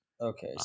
Okay